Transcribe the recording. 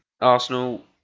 Arsenal